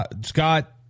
Scott